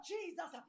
Jesus